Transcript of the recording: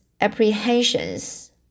apprehensions